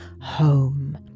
home